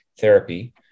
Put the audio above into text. therapy